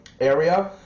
area